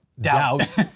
doubt